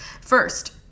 First